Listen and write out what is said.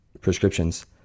prescriptions